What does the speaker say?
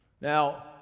Now